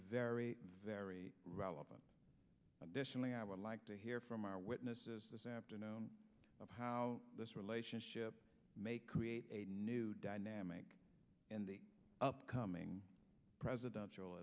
very very relevant additionally i would like to hear from our witnesses this afternoon of how this relationship may create a new dynamic in the upcoming presidential